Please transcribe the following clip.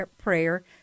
prayer